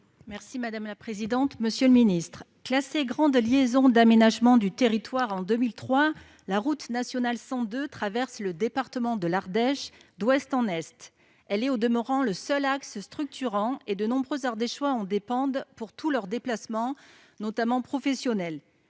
écologique, chargé des transports. Classée grande liaison d'aménagement du territoire en 2003, la route nationale 102 traverse le département de l'Ardèche d'ouest en est. Elle en est au demeurant le seul axe structurant : de nombreux Ardéchois en dépendent pour tous leurs déplacements, notamment professionnels.